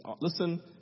listen